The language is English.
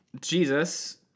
Jesus